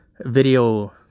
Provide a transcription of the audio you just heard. video